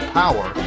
power